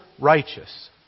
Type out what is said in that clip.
righteous